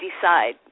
decide